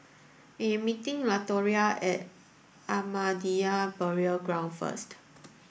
I am meeting Latoria at Ahmadiyya Burial Ground first